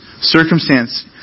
circumstance